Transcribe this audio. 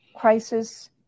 crisis